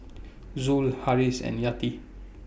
Zul Harris and Yati